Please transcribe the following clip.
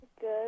Good